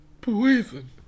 Poison